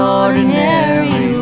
ordinary